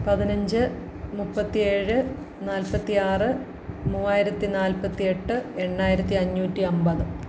പതിനഞ്ച് മുപ്പത്തിയേഴ് നാല്പ്പത്തിയാറ് മൂവായിരത്തി നാല്പ്പത്തി എട്ട് എണ്ണായിരത്തി അഞ്ഞൂറ്റി അൻപത്